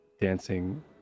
dancing